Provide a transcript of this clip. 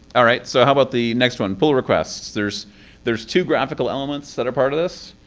all right. so how about the next one? pull requests. there's there's two graphical elements that are part of this.